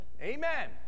amen